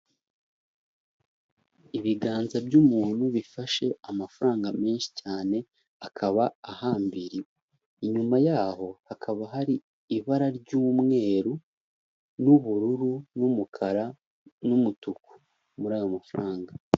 Ibiganza by'umuntu bifashe amafaranga menshi cyane akaba ahambiriwe, inyuma yaho hakaba hari ibara ry'umweru n'ubururu n'umukara n'umutuku muri aya mafaranga.